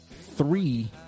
three